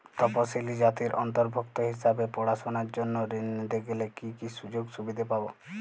তফসিলি জাতির অন্তর্ভুক্ত হিসাবে পড়াশুনার জন্য ঋণ নিতে গেলে কী কী সুযোগ সুবিধে পাব?